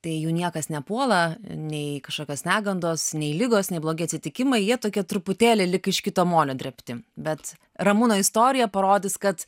tai jų niekas nepuola nei kažkokios negandos nei ligos nei blogi atsitikimai jie tokie truputėlį lyg iš kito molio drėbti bet ramūno istorija parodys kad